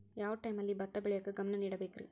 ಯಾವ್ ಟೈಮಲ್ಲಿ ಭತ್ತ ಬೆಳಿಯಾಕ ಗಮನ ನೇಡಬೇಕ್ರೇ?